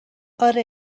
آره